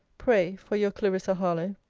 pray for your clarissa harlowe.